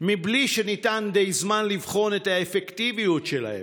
מבלי שניתן די זמן לבחון את האפקטיביות שלהן,